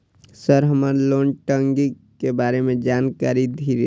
Sir हमरा loan टंगी के बारे में जान कारी धीरे?